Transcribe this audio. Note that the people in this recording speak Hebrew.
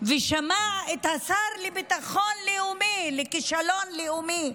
אתמול שמע את השר לביטחון לאומי, לכישלון לאומי,